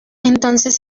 entonces